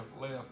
left